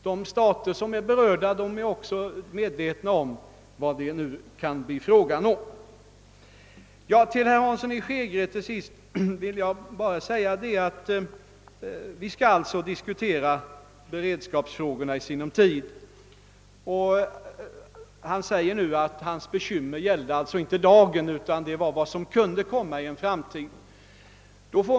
De berörda staterna vet också vad det kan bli fråga om. Till herr Hansson i Skegrie vill jag till sist säga att vi i sinom tid skall diskutera beredskapsfrågorna. Han säger att hans bekymmer inte gällde dagens situation utan vad som kunde komma i en framtid.